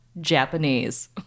Japanese